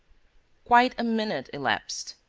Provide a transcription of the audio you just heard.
quite a minute elapsed,